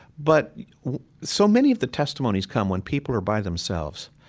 but so many of the testimonies come when people are by themselves,